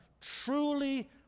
truly